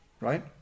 Right